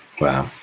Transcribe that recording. Wow